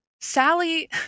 Sally